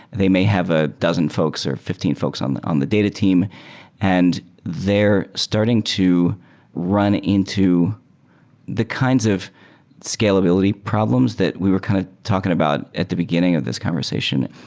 they may have a dozen folks or fifteen folks on the on the data team and they're starting to run into the kinds of scalability problems that we were kind of talking about at the beginning of this conversation.